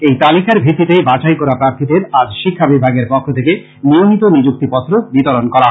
এই তালিকার ভিত্তিতে বাছাই করা প্রার্থীদের আজ শিক্ষা বিভাগের পক্ষ থেকে নিয়মিত নিযুক্তিপত্র বিতরণ করা হয়